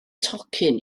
tocyn